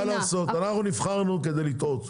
מה לעשות, אנחנו נבחרנו כדי לטעות.